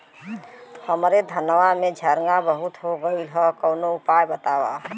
हमरे धनवा में झंरगा बहुत हो गईलह कवनो उपाय बतावा?